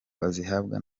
bazihabwa